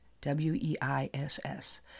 W-E-I-S-S